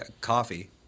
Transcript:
coffee